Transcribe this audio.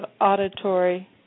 auditory